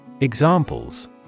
Examples